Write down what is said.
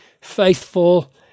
faithful